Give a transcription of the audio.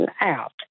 out